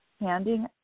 Handing